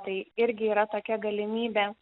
tai irgi yra tokia galimybė